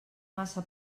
massa